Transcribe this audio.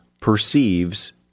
perceives